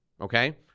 okay